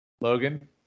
logan